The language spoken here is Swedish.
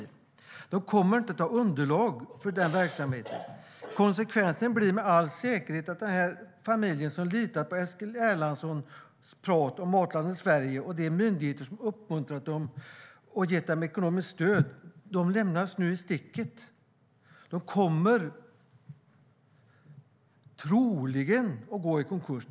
Bönderna kommer inte att ha underlag till den verksamheten, och konsekvensen blir med all säkerhet att den familj som litat på Eskil Erlandssons prat om Matlandet Sverige och på de myndigheter som uppmuntrat dem och gett dem stöd nu lämnas i sticket. De kommer troligen att gå i konkurs.